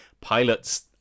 pilots